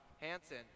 Hansen